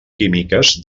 químiques